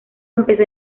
empezó